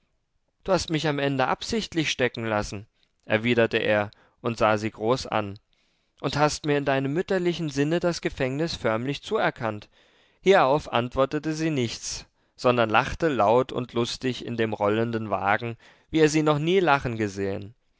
du hast mich am ende absichtlich stecken lassen erwiderte er und sah sie groß an und hast mir in deinem mütterlichen sinne das gefängnis förmlich zuerkannt hierauf antwortete sie nichts sondern lachte laut und lustig in dem rollenden wagen wie er sie noch nie lachen gesehen